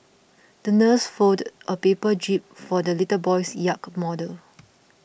the nurse folded a paper jib for the little boy's yacht model